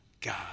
God